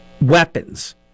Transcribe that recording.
weapons